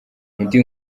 indi